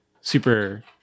super